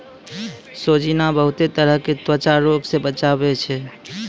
सोजीना बहुते तरह के त्वचा रोग से बचावै छै